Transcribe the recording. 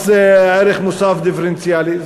מס ערך מוסף דיפרנציאלי.